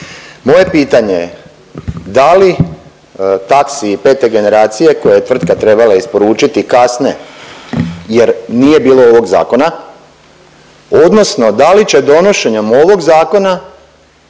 Moje pitanje je, da li taksiji pete generacije koje je tvrtka trebala isporučiti kasne jer nije bilo ovog zakona odnosno da li će donošenjem ovog zakona